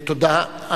תודה.